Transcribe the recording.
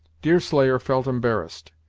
deerslayer felt embarrassed.